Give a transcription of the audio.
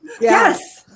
Yes